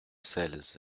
celles